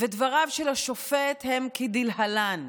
דבריו של השופט הן כדלהלן: